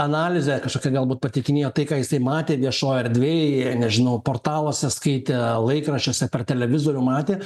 analizę kažkokią galbūt pateikinėjo tai ką jisai matė viešoj erdvėj nežinau portaluose skaitė laikraščiuose per televizorių matė